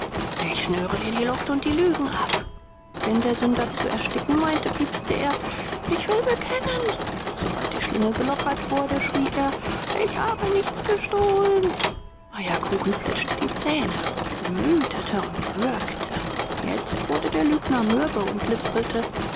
ich schnüre dir die luft und die lügen ab wenn der sünder zu ersticken meinte piepste er ich will bekennen sobald die schlinge gelockert wurde schrie er ich habe nichts gestohlen eierkuchen fletschte die zähne wütete und würgte jetzt wurde der lügner mürbe und lispelte